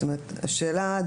השאלה היא: